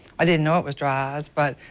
i didn't know it was dry eyes but,